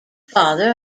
father